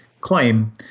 claim